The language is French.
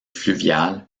fluvial